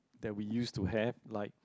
there we used to have like